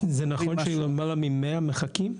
זה נכון שלמעלה ממאה מחכים?